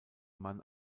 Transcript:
man